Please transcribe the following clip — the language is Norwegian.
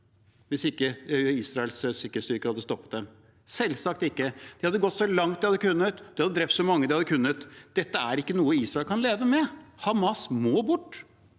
hvis ikke Israels sikkerhetsstyrker hadde stoppet dem? Selvsagt ikke. De hadde gått så langt de hadde kunnet, de hadde drept så mange de hadde kunnet. Dette er ikke noe Israel kan leve med. Hamas må bort.